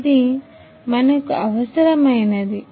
ఇది మనకు అవసరమైనది